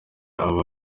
aba